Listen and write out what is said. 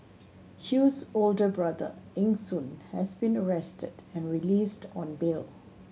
Chew's older brother Eng Soon has been arrested and released on bail